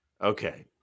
Okay